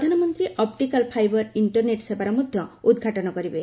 ପ୍ରଧାନମନ୍ତ୍ରୀ optical fibre internet ସେବାର ମଧ୍ୟ ଉଦ୍ଘାଟନ କରିବେ